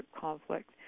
conflict